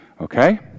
Okay